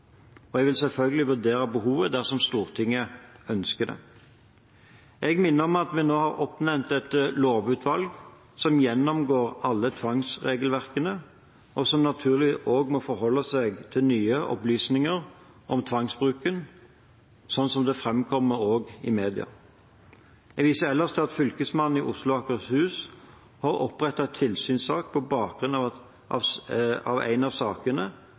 Jeg vil selvfølgelig vurdere behovet dersom Stortinget ønsker det. Jeg minner om at vi nå har oppnevnt et lovutvalg som gjennomgår alle tvangsregelverkene, og som naturligvis også må forholde seg til nye opplysninger om tvangsbruken slik det framkommer i media. Jeg viser ellers til at Fylkesmannen i Oslo og Akershus har opprettet tilsynssak på bakgrunn av en av sakene ved Oslo universitetssykehus som ble omtalt av